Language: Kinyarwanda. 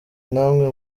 namwe